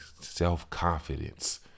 self-confidence